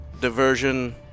diversion